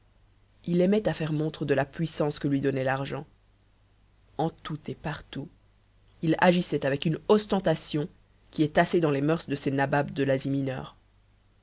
il aimait à faire montre de la puissance que lui donnait l'argent en tout et partout il agissait avec une ostentation qui est assez dans les moeurs de ces nababs de l'asie mineure